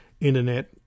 internet